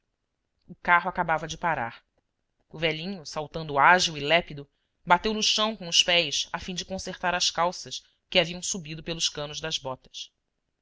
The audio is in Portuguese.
o carro acabava de parar o velhinho saltando ágil e lépido bateu no chão com os pés a fim de consertar as calças que ha viam subido pelos canos das botas